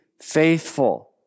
faithful